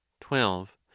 twelve